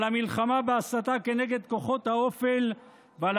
על המלחמה בהסתה כנגד כוחות האופל ועל